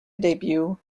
debut